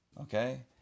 Okay